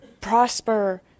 prosper